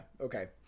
okay